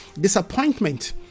disappointment